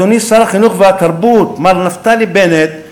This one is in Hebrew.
אדוני שר החינוך והתרבות מר נפתלי בנט,